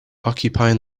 occupying